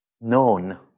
known